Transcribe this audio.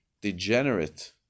degenerate